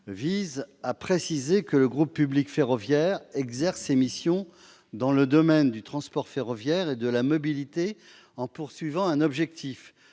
visent à préciser que le groupe public ferroviaire exerce ses missions dans le domaine du transport ferroviaire et de la mobilité, en poursuivant un objectif